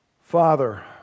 Father